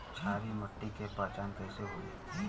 क्षारीय माटी के पहचान कैसे होई?